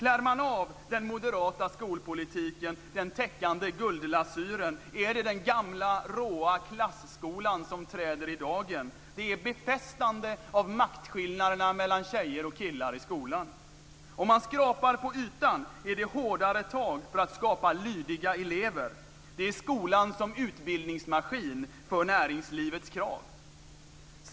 Klär man av den moderata skolpolitiken den täckande guldlasyren är det den gamla råa klasskolan som träder i dagen. Det är befästande av maktskillnaderna mellan tjejer och killar i skolan. Det är skolan som utbildningsmaskin för näringslivets krav.